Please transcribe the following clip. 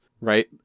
right